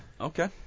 okay